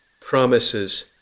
promises